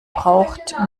braucht